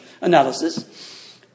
analysis